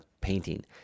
painting